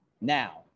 Now